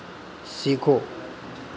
सीखो